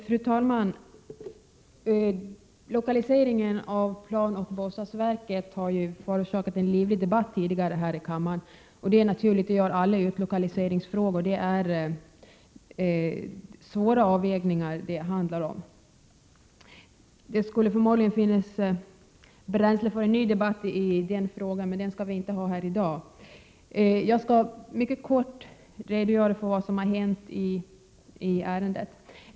Fru talman! Lokaliseringen av planoch bostadsverket har tidigare förorsakat en livlig debatt här i kammaren. Det är naturligt, det gör alla utlokaliseringsfrågor. Det handlar om svåra avvägningar. Det skulle förmodligen finnas bränsle för en ny debatt i den frågan, men den skall vi inte ha här i dag. Jag skall mycket kort redogöra för vad som har hänt i ärendet.